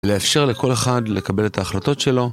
לאפשר לכל אחד לקבל את ההחלטות שלו